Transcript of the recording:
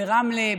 ברמלה,